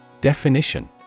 Definition